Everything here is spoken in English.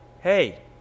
Hey